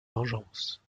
vengeance